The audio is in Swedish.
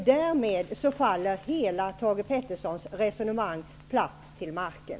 Därmed faller Thage G Petersons hela resonemang platt till marken.